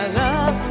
love